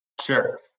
Sure